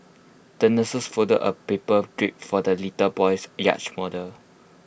the nurse folded A paper jib for the little boy's yacht model